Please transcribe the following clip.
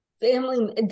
family